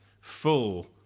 full